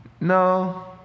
no